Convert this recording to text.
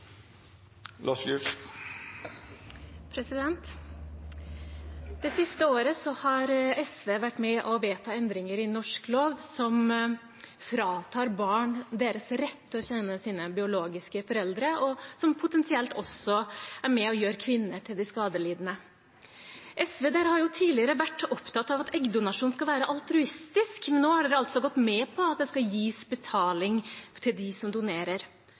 Det siste året har SV vært med på å vedta endringer i norsk lov som fratar barn deres rett til å kjenne sine biologiske foreldre, og som potensielt også er med på å gjøre kvinnene til de skadelidende. SV har tidligere vært opptatt av at eggdonasjon skal være altruistisk. Nå har SV gått med på at det skal gis betaling til dem som donerer.